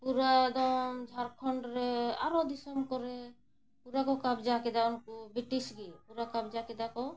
ᱯᱩᱨᱟᱹ ᱮᱠᱫᱚᱢ ᱡᱷᱟᱲᱠᱷᱚᱸᱰ ᱨᱮ ᱟᱨᱦᱚᱸ ᱫᱤᱥᱚᱢ ᱠᱚᱨᱮ ᱯᱩᱨᱟᱹ ᱠᱚ ᱠᱟᱵᱽᱡᱟ ᱠᱮᱫᱟ ᱩᱱᱠᱩ ᱵᱨᱤᱴᱤᱥ ᱜᱮ ᱯᱩᱨᱟᱹ ᱠᱟᱵᱽᱡᱟ ᱠᱮᱫᱟ ᱠᱚ